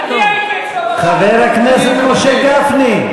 חבר הכנסת משה גפני,